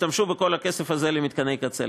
תשמשו בכל הכסף הזה למתקני קצה,